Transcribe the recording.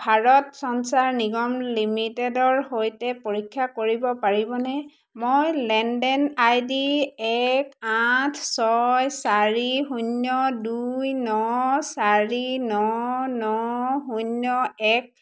ভাৰত সঞ্চাৰ নিগম লিমিটেডৰ সৈতে পৰীক্ষা কৰিব পাৰিবনে মই লেনদেন আইডি এক আঠ ছয় চাৰি শূন্য দুই ন চাৰি ন ন শূন্য এক